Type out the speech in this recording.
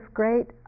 great